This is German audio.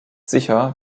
sicher